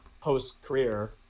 post-career